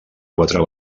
quatre